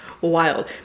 wild